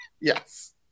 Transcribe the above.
Yes